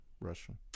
Russian